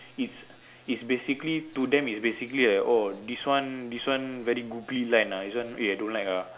it's it's basically to them it's basically like err oh this one this one very googly lined ah this one eh I don't like ah